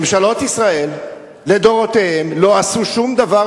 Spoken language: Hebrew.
ממשלות ישראל לדורותיהן לא עשו שום דבר